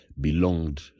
belonged